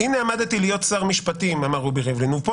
-- "הנה עמדתי להיות שר משפטים" אמר רובי ריבלין "ופה